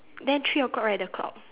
then three o-clock right the clock